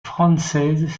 frances